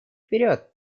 вперед